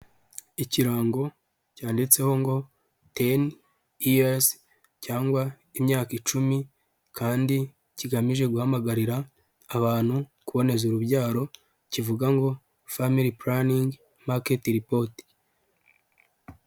Ikirango cyanditseho ngo, ten years cyangwa imyaka icumi, kandi kigamije guhamagarira abantu kuboneza urubyaro, kivuga ngo, family planning market report.